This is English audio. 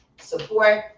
Support